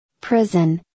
Prison